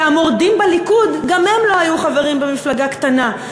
והמורדים בליכוד גם הם לא היו חברים במפלגה קטנה.